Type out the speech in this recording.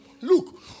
look